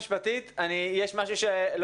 רם שפע (יו"ר ועדת החינוך,